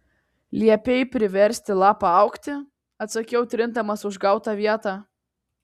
liepei priversti lapą augti atsakau trindamasi užgautą vietą